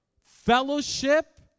fellowship